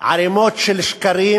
וערימות של שקרים.